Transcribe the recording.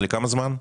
לכמה זמן?